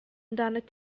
amdanat